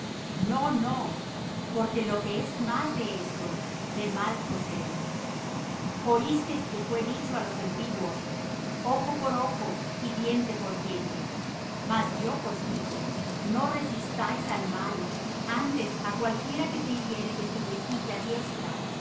no no porque lo que es más de esto de mal procede oísteis que fué dicho á los antiguos ojo por ojo y diente por diente mas yo os digo no resistáis al mal antes á cualquiera que te hiriere en tu mejilla diestra